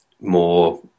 more